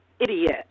idiot